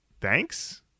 Thanks